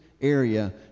area